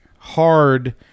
Hard